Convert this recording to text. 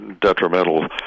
detrimental